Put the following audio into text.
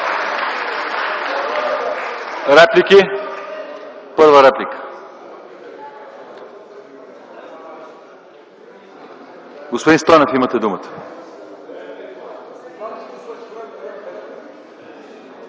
Реплики? За първа реплика, господин Стойнев, имате думата.